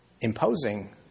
imposing